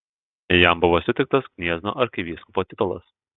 jam buvo suteiktas gniezno arkivyskupo titulas